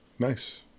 Nice